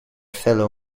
fellow